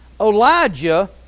Elijah